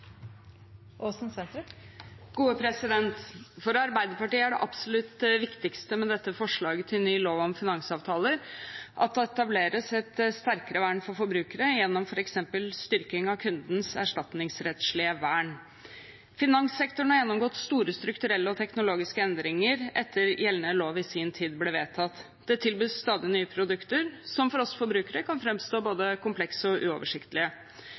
at det etableres et sterkere vern for forbrukere gjennom f.eks. styrking av kundens erstatningsrettslige vern. Finanssektoren har gjennomgått store strukturelle og teknologiske endringer etter at gjeldende lov i sin tid ble vedtatt. Det tilbys stadig nye produkter, som for oss forbrukere kan framstå som både komplekse og